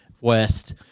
west